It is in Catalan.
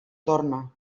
torna